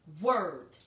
word